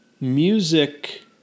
Music